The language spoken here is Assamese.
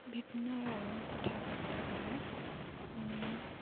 ভিন্ন ৰঙৰ কথা ক'বলৈ গ'লে আমি